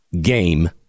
game